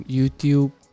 YouTube